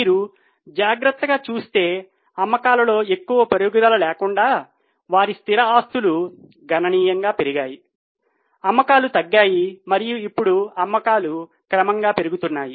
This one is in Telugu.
మీరు జాగ్రత్తగా చూస్తే అమ్మకాలలో ఎక్కువ పెరుగుదల లేకుండా వారి స్థిర ఆస్తులు గణనీయంగా పెరిగాయి అమ్మకాలు తగ్గాయి మరియు ఇప్పుడు అమ్మకాలు క్రమంగా పెరుగుతున్నాయి